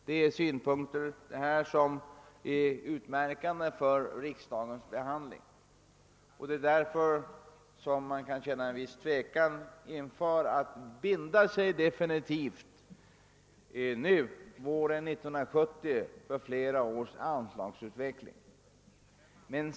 Det är synpunkter som är utmärkande för riksdagens behand ling, och det är därför som man kan känna en viss tvekan inför att nu, våren 1970, binda sig för flera års anslagsutveckling.